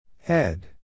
Head